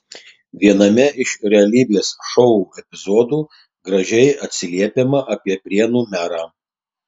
viename iš realybės šou epizodų gražiai atsiliepiama apie prienų merą